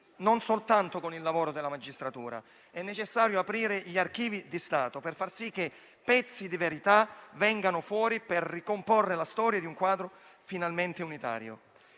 non soltanto con il lavoro della magistratura. È necessario aprire gli archivi di Stato per far sì che pezzi di verità vengano fuori per ricomporre la storia di un quadro finalmente unitario.